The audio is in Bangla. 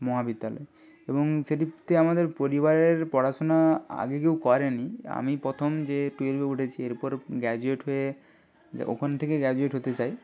মহাবিদ্যালয় এবং সেটিতে আমাদের পরিবারের পড়াশোনা আগে কেউ করেনি আমি প্রথম যে টুয়েলভে উঠেছি এরপর গ্র্যাজুয়েট হয়ে ওখান থেকে গ্র্যাজুয়েট হতে চাই